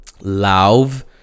love